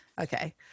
Okay